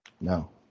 no